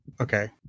okay